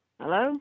Hello